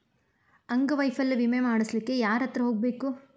ಅಂಗವೈಫಲ್ಯ ವಿಮೆ ಮಾಡ್ಸ್ಲಿಕ್ಕೆ ಯಾರ್ಹತ್ರ ಹೊಗ್ಬ್ಖು?